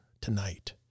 tonight